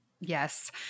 Yes